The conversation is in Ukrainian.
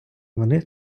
вони